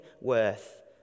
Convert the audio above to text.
worth